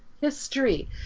history